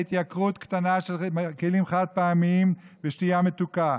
התייקרות קטנה של כלים חד-פעמיים ושתייה מתוקה,